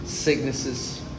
Sicknesses